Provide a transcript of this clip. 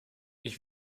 ich